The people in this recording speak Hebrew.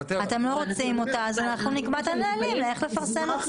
אתם לא רוצים אותה אז אנחנו נקבע את הנהלים איך לפרסם לציבור.